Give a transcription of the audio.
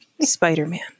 Spider-Man